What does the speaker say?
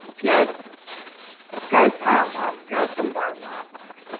gas गेस् हा आं गेसम् आम् आम्